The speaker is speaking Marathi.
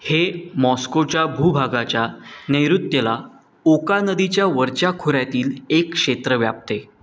हे मॉस्कोच्या भूभागाच्या नैऋत्यला ओका नदीच्या वरच्या खौऱ्यातील एक क्षेत्र व्यापते